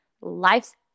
life's